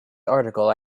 article